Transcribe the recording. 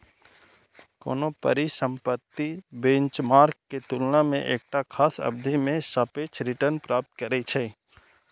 कोनो परिसंपत्ति बेंचमार्क के तुलना मे एकटा खास अवधि मे सापेक्ष रिटर्न प्राप्त करै छै